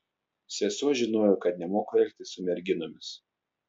sesuo žinojo kad nemoku elgtis su merginomis